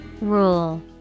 Rule